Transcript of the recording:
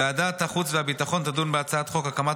ועדת החוץ והביטחון תדון בהצעת חוק הקמת